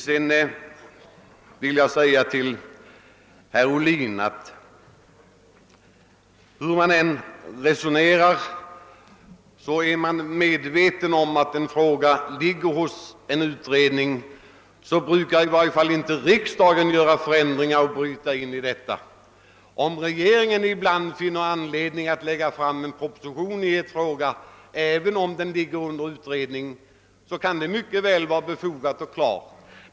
Vidare vill jag säga herr Ohlin att man, hur man än resonerar i övrigt, måste medge att i varje fall inte riksdagen brukar bryta ut en fråga som redan behandlas av en utredning. Om regeringen ibland finner anledning att framlägga en proposition i ett spörsmål kan det mycket väl vara befogat, även om det finns en utredning.